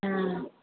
हाँ